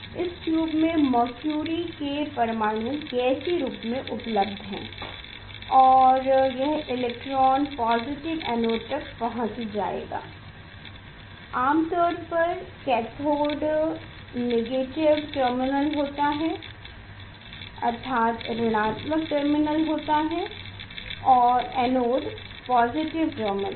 इस ट्यूब में मरक्युरि के परमाणु गैसीय रूप में उपलब्ध हैं और यह इलेक्ट्रॉन पॉजिटिव एनोड तक पहुंच जाएगा आमतौर पर कैथोड नेगेटिव टर्मिनल होता है और एनोड पॉजिटिव टर्मिनल